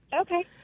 Okay